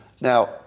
Now